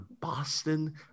Boston